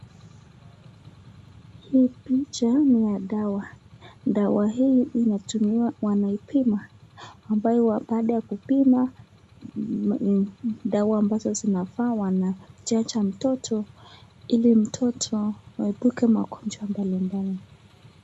Hii picha ni ya dawa, dawa hii inaitumiwa wanaipima, ambayo baada ya kupima dawa ambazo zinafaa wanachanja mtoto, ili mtoto ayepuke magonjwa mbali mbali.